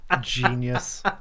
Genius